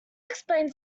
explains